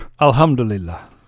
Alhamdulillah